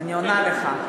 אני עונה לך.